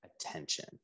attention